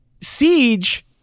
siege